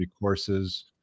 courses